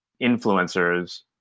influencers